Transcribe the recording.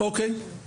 אוקיי,